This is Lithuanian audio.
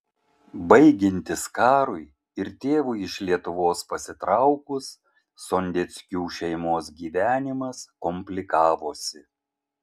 baigiantis karui ir tėvui iš lietuvos pasitraukus sondeckių šeimos gyvenimas komplikavosi